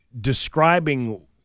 describing